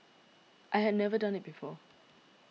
I had never done it before